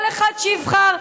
שכל אחד יבחר,